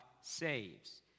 saves